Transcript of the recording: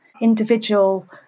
individual